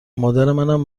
مادرمنم